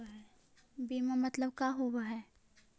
बीमा मतलब का होव हइ?